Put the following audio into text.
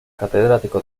catedrático